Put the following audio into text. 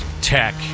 tech